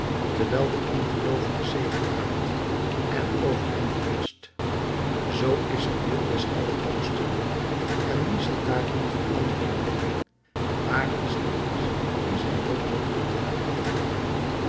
terwijl de ongeloovige zegepraalt en over hem heerscht zoo is de wil des allerhoogsten en wie zal daarin verandering brengen waar is de mensch die zijn noodlot ontgaan kan